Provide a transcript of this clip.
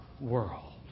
world